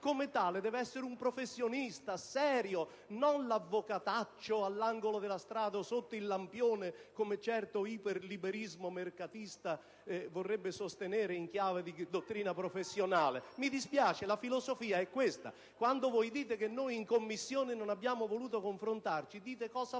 come tale dev'essere un professionista serio e non l'avvocataccio all'angolo della strada o sotto il lampione, come certo iperliberismo mercatista vorrebbe sostenere in chiave di dottrina professionale. *(Proteste della senatrice Poretti).* Mi dispiace, la filosofia è questa. Quando dite che in Commissione non abbiamo voluto confrontarci, dite cosa falsa: